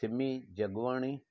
Simi Jagwani